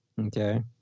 okay